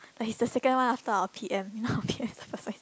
like he's the second one after our P_M you know our P_M the first one